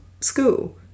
school